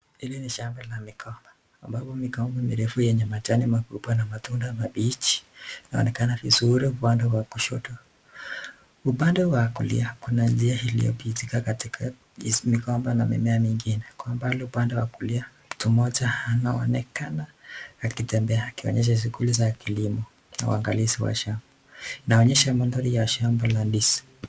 Hili ni shamba la migomba mbalo migomba mirefu lenye majani makubwa na matunda mabichi inaonekana vizuri upande wa kushoto. Upande wa kulia kuna njia iliyopitika katika hizi migomba na mimea mingine mbalo upande wa kulia mtu mmoja anaonekana akitembea akionyesha shughuli za kilimo na uangalizi wa shamba ,inaonesha mandhari ya shamba la ndizi.